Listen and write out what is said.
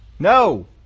No